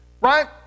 right